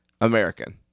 American